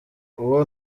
uwo